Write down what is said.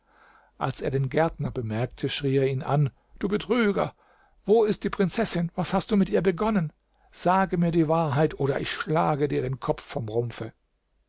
als er den gärtner bemerkte schrie er ihn an du betrüger wo ist die prinzessin was hast du mit ihr begonnen sage mir die wahrheit oder ich schlage dir den kopf vom rumpfe